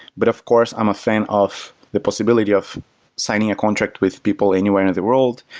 but of course, i'm a fan of the possibility of signing a contract with people anywhere in the world,